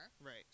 Right